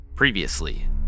Previously